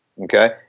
okay